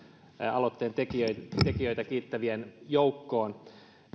aloitteen tekijöitä tekijöitä kiittävien joukkoon